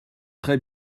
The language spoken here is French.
très